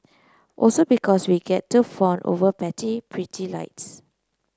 also because we get to fawn over pretty lights